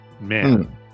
man